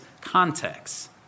contexts